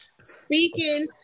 speaking